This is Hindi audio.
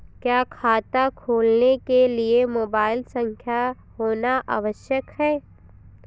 क्या खाता खोलने के लिए मोबाइल संख्या होना आवश्यक है?